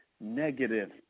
negative